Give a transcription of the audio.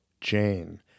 Jane